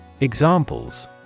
Examples